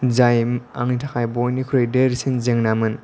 जाय आंनि थाखाय बयनिख्रुइ देरसिन जेंनामोन